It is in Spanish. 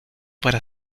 para